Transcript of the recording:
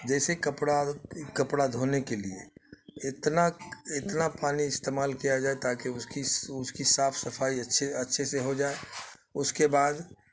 جیسے کپڑا کپڑا دھونے کے لیے اتنا اتنا پانی استعمال کیا جائے تاکہ اس کی اس کی صاف صفائی اچھے اچھے سے ہو جائے اس کے بعد